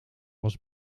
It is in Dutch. was